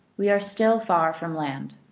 we are still far from land.